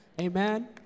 Amen